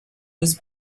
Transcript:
was